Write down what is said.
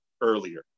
earlier